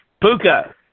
Puka